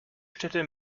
städte